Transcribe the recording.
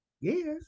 Yes